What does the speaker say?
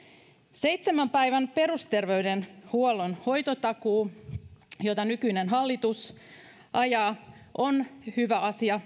seitsemän päivän perusterveydenhuollon hoitotakuu jota nykyinen hallitus ajaa on sinällänsä hyvä asia